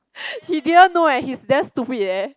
he didn't know eh he's damn stupid eh